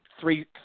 three